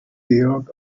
georg